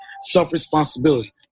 self-responsibility